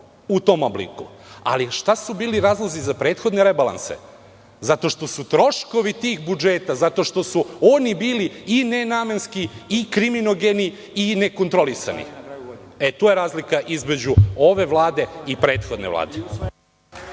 u tom obliku, ali šta su bili razlozi za prethodne rebalanse? Zato što su troškovi tih budžeta, zato što su oni bili i nenamenski i kriminogeni i nekontrolisani. To je razlika između ove Vlade i prethodne Vlade.